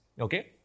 okay